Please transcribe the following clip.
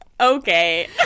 Okay